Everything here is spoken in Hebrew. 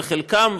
וחלקם,